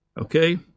Okay